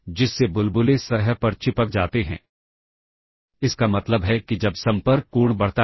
यह एकम्युलेटर और फ्लैग मिलकर PSW रजिस्टर बनाते हैं